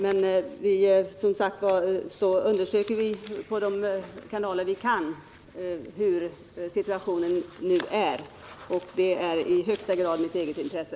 Men som sagt, vi undersöker via de kanaler vi har hur situationen nu är, och det är i högsta grad i mitt eget intresse.